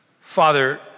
Father